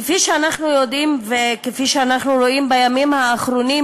כפי שאנחנו יודעים וכפי שאנחנו רואים בימים האחרונים,